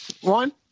One